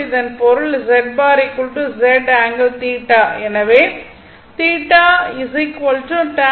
இதன் பொருள் Z ∠θ